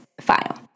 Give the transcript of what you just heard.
file